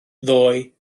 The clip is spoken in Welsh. ddoi